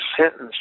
sentence